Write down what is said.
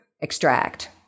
extract